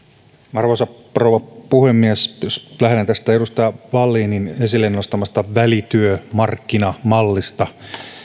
arvoisa rouva puhemies jos lähinnä tästä edustaja wallinin esille nostamasta välityömarkkinamallista